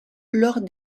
lors